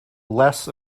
less